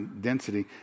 density